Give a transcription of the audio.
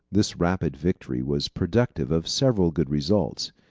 this rapid victory was productive of several good results.